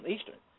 Eastern